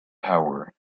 power